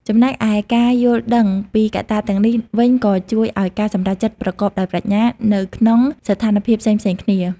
ចំណែកឯការយល់ដឹងពីកត្តាទាំងនេះវិញក៏ជួយឲ្យការសម្រេចចិត្តប្រកបដោយប្រាជ្ញា នៅក្នុងស្ថានភាពផ្សេងៗគ្នា។